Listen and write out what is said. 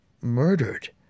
murdered